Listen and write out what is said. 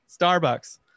Starbucks